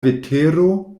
vetero